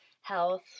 health